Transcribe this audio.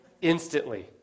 instantly